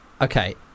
okay